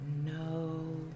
no